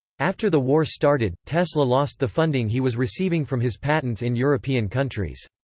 after the war started, tesla lost the funding he was receiving from his patents in european countries.